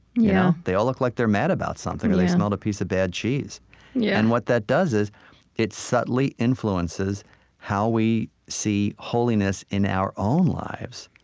yeah they all look like they're mad about something, or they smelled a piece of bad cheese yeah and what that does is it subtly influences how we see holiness in our own lives.